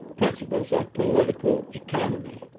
principles of political economy,